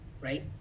right